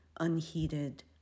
unheeded